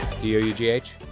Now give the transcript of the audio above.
D-O-U-G-H